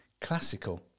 classical